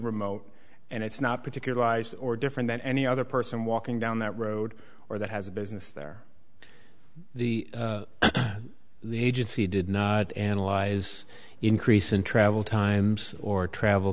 remote and it's not particularize or different than any other person walking down that road or that has a business there the agency did not analyze increase in travel times or travel